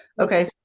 Okay